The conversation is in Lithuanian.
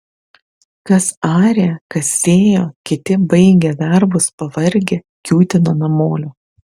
kas arė kas sėjo kiti baigę darbus pavargę kiūtino namolio